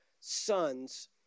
sons